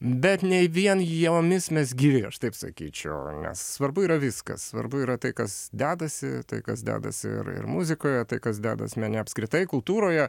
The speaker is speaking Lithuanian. bet nei vien jomis mes gyvi aš taip sakyčiau svarbu yra viskas svarbu yra tai kas dedasi tai kas dedasi ir ir muzikoje tai kas dedas mene apskritai kultūroje